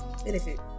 Benefit